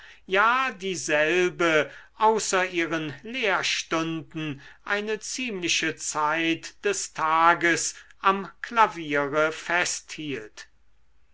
ja dieselbe außer ihren lehrstunden eine ziemliche zeit des tages am klaviere festhielt